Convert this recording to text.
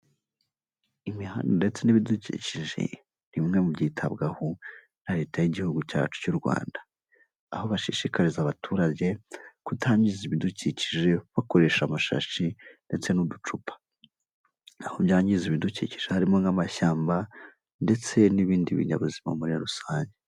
Imihanda ndetse n'ibidukikije ni bimwe mu byitabwaho na leta y'igihugu cyacu cy'u Rwanda, aho bashishikariza abaturage kutangiza ibidukikije bakoresha amashashi ndetse n'uducupa, aho byangiza ibidukikije harimo nk'amashyamba ndetse n'ibindi binyabuzima muri rusange.